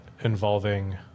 involving